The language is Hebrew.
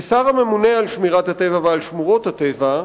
כשר הממונה על שמירת הטבע ועל שמורות הטבע,